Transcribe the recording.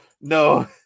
no